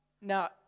now